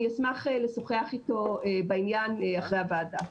אני אשמח לשוחח איתו בעניין אחרי הוועדה.